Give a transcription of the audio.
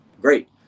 great